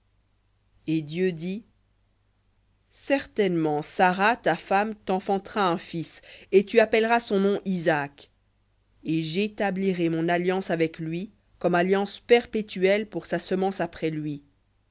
et dieu dit certainement sara ta femme t'enfantera un fils et tu appelleras son nom isaac et j'établirai mon alliance avec lui comme alliance perpétuelle pour sa semence après lui